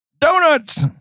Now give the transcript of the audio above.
donuts